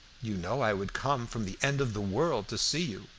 you know i would come from the end of the world to see you.